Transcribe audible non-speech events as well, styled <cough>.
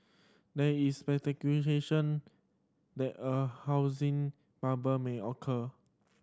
there is <unintelligible> that a housing bubble may occur